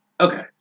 okay